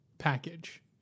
package